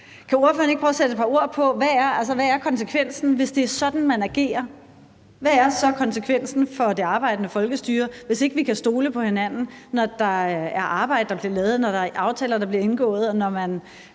Kan ordføreren ikke prøve at sætte et par ord på, hvad konsekvensen er, hvis det er sådan, man agerer? Hvad er så konsekvensen for det arbejdende folkestyre, hvis ikke vi kan stole på hinanden, når der er arbejde, der bliver lavet, og når der er aftaler, der bliver indgået, og man